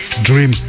Dream